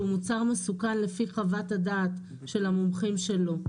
מוצר מסוכן לפי חוות הדעת של המומחים שלו.